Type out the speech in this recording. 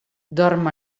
dorm